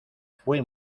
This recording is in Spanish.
fue